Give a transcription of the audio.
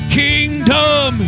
kingdom